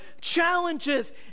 challenges